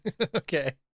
Okay